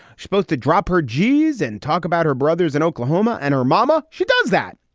supposed to drop her g's and talk about her brothers in oklahoma and her mama, she does that.